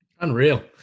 Unreal